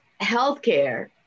healthcare